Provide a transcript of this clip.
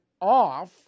off